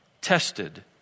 tested